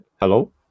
Hello